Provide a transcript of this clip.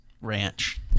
Ranch